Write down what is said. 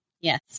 yes